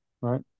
right